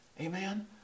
Amen